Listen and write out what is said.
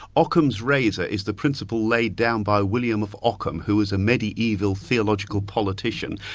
ockham's razor is the principle laid down by william of ockham, who was a mediaeval theological politician.